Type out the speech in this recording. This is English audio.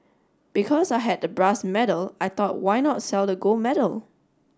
because I had the brass medal I thought why not sell the gold medal